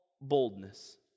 boldness